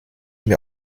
mir